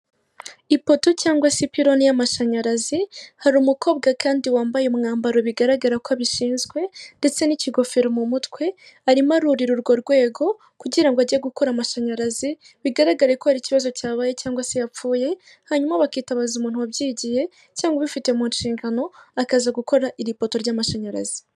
Ipoto cyangwa se ipironi y'amashanyarazi hari umukobwa kandi wambaye umwambaro bigaragara ko abishinzwe ndetse n'ikigofero m'umutwe, arimo arurira urwo rwego kugira ngo ajye gukora amashanyarazi, bigaragare ko hari ikibazo cyabaye cyangwa se yapfuye hanyuma bakitabaza umuntu wabyigiye cyangwa ubifite mu nshingano akaza gukora iri poto ry'amashanyarazi.